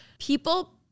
people